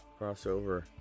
Crossover